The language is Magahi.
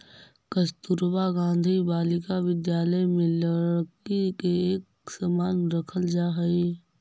कस्तूरबा गांधी बालिका विद्यालय में लड़की के एक समान रखल जा हइ